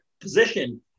position